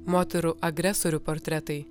moterų agresorių portretai